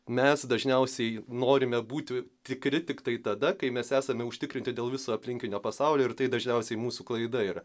mes dažniausiai norime būti tikri tiktai tada kai mes esame užtikrinti dėl viso aplinkinio pasaulio ir tai dažniausiai mūsų klaida yra